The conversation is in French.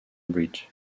bridge